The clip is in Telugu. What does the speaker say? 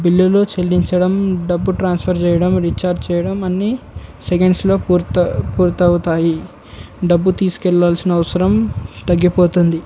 బిల్లులు చెల్లించడం డబ్బు ట్రాన్స్ఫర్ చేయడం రీఛార్జ్ చేయడం అన్ని సెకండ్స్లో పూర్త పూర్తి అవుతాయి డబ్బు తీసుకెళ్ళాల్సిన అవసరం తగ్గిపోతుంది